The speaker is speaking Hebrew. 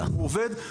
אם הוא עובד,